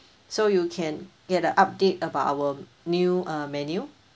so you can get a update about our new err menu